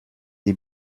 die